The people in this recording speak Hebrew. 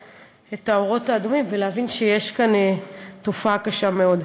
האורות האדומים ולהבין שיש כאן תופעה קשה מאוד.